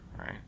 Right